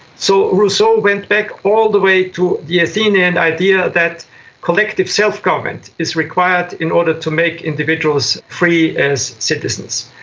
so rousseau went back all the way to the athenian idea that collective self-government is required in order to make individuals free as citizens.